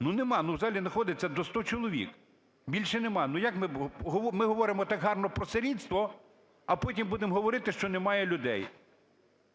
ну, нема. Ну, в залі знаходиться до 100 чоловік, більше нема. Ну, як ми? Ми говоримо так гарно про сирітство, а потім будемо говорити, що немає людей.